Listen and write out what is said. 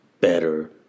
better